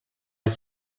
ich